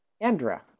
Andra